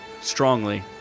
strongly